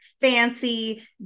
fancy